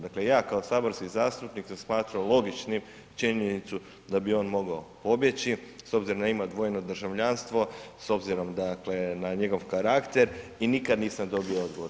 Dakle ja kao saborski zastupnik sam smatrao logičnim činjenicu da bi on mogao pobjeći s obzirom da ima dvojno državljanstvo, s obzirom dakle na njegov karakter i nikad nisam dobio odgovor.